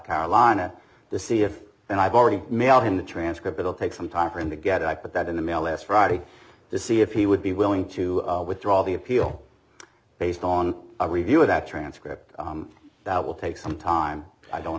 carolina to see if when i've already mailed him the transcript it will take some time for him to get it i put that in the mail last friday to see if he would be willing to withdraw all the appeal based on a review of that transcript that will take some time i don't